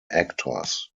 actors